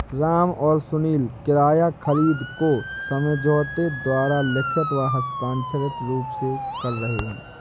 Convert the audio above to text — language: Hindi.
राम और सुनील किराया खरीद को समझौते द्वारा लिखित व हस्ताक्षरित रूप में कर रहे हैं